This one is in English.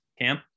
Cam